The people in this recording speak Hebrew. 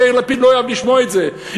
שיאיר לפיד לא יאהב לשמוע את זה,